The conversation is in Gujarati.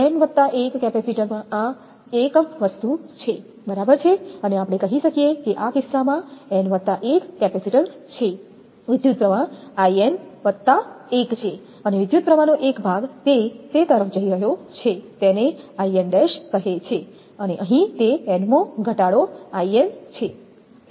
𝑛 1 કેપેસિટરમાં આ એકમ વસ્તુ છે બરાબર છે અને આપણે કહી શકીએ કે આ કિસ્સામાં 𝑛1 કેપેસિટીન્સ છે વિદ્યુતપ્રવાહ 𝐼𝑛 1 છે અને વિદ્યુતપ્રવાહનો એક ભાગ તે તરફ જઇ રહ્યો છે તેને 𝐼𝑛′ કહે છે અને અહીં તે nમો ઘટાડો 𝐼𝑛 છે